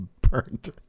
burnt